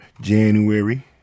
january